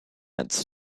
its